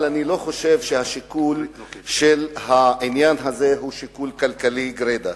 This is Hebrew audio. אבל אני לא חושב שהשיקול בעניין הזה הוא שיקול כלכלי גרידא.